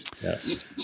Yes